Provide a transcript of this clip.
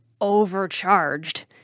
overcharged